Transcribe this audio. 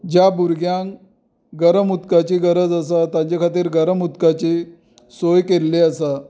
ज्या भुरग्यांक गरम उदकाची गरज आसा तांचे खातीर गरम उदकाची सोय केल्ली आसा